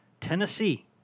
Tennessee